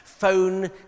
Phone